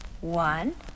One